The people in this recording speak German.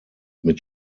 mit